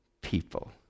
people